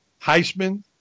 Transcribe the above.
Heisman